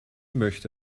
möchte